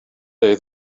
day